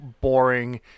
boring